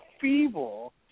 feeble